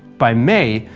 by may,